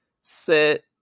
sit